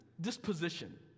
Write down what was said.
disposition